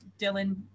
dylan